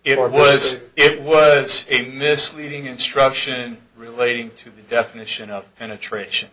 it was it was a misleading instruction relating to the definition of penetration